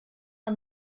and